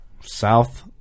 South